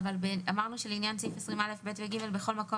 אבל אמרנו שלעניין סעיף 20א (ב) ו-(ג) בכל מקום